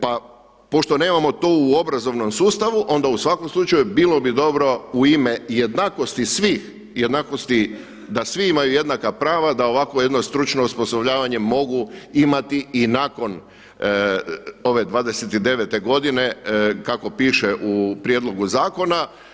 Pa pošto nemamo to u obrazovnom sustavu onda u svakom slučaju bilo bi dobro u ime jednakosti svih, jednakosti da svi imaju jednaka prava da ovako jedno stručno osposobljavanje mogu imati i nakon ove 29. godine kako piše u prijedlogu zakona.